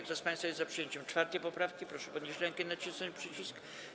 Kto z państwa jest za przyjęciem 4. poprawki, proszę podnieść rękę i nacisnąć przycisk.